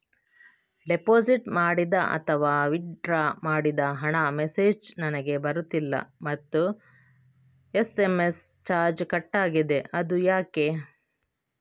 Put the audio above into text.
Deposit ಮಾಡಿದ ಅಥವಾ withdraw ಮಾಡಿದ ಹಣದ ಮೆಸೇಜ್ ನನಗೆ ಬರುತ್ತಿಲ್ಲ ಮತ್ತು ಎಸ್.ಎಂ.ಎಸ್ ಚಾರ್ಜ್ ಕಟ್ಟಾಗಿದೆ ಅದು ಯಾಕೆ?